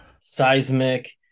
seismic